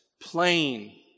plain